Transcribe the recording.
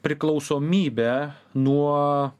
priklausomybę nuo